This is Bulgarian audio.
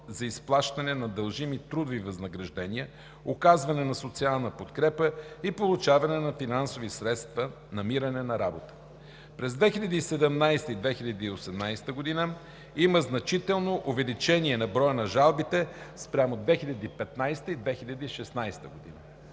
за изплащане на дължими трудови възнаграждения, оказване на социална подкрепа и получаване на финансови средства, намиране на работа. През 2017 г. и 2018 г. има значително увеличение на броя на жалбите спрямо 2015 г. и 2016 г.